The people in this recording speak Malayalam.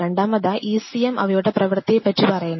രണ്ടാമതായി ECM അവയുടെ പ്രവർത്തിയെ പറ്റി പറയണം